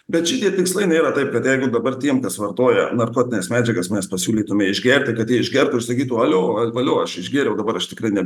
bet šitie tikslai nėra taip kad jeigu dabar tiem kas vartoja narkotines medžiagas mes pasiūlytumėme išgerti kad jie išgertų ir sakytų alio valio aš išgėriau dabar aš tikrai ne